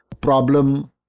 problem